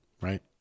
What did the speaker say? right